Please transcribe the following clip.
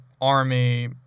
Army